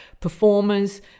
performers